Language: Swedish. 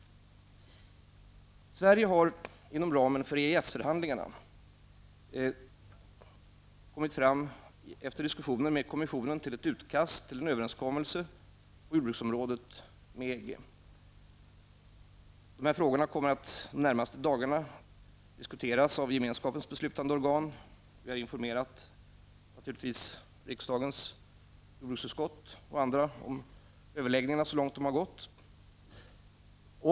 Sverige har inom ramen för EES-förhandlingarna efter diskussioner med kommissionen kommit fram till ett utkast till en överenskommelse med EG på jordbruksområdet. Under de närmaste dagarna kommer dessa frågor att diskuteras av Gemenskapens beslutande organ. Vi har naturligtvis informerat riksdagens jordbruksutskott och andra organ om dessa överläggningar.